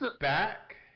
back